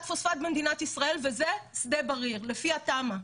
פוספט במדינת ישראל וזה שדה בריר לפי התמ"א.